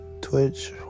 Twitch